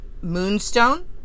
moonstone